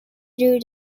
through